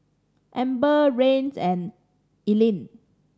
Amber Rance and Ethelene